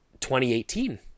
2018